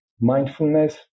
Mindfulness